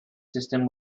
system